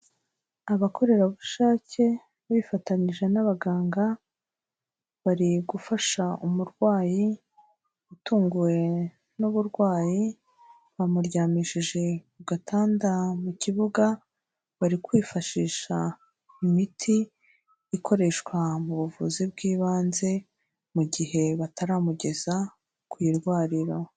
Abakorerabushake bifatanyije n'abaganga, bari gufasha umurwayi utunguwe n'uburwayi, bamuryamishije ku gatanda mu kibuga, bari kwifashisha imiti ikoreshwa mu buvuzi bw'ibanze, mu gihe bataramugeza ku irwariro.